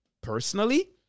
personally